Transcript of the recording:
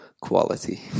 quality